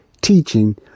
teaching